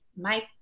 Mike